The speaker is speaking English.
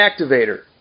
activator